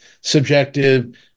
subjective